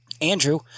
Andrew